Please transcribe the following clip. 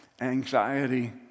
Anxiety